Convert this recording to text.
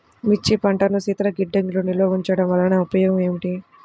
మిర్చి పంటను శీతల గిడ్డంగిలో నిల్వ ఉంచటం వలన ఉపయోగం ఏమిటి?